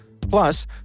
Plus